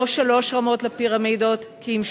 לא שלוש רמות לפירמידות, כי אם שתיים,